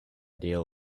deal